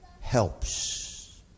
helps